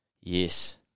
Yes